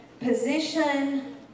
position